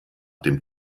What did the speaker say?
dem